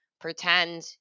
pretend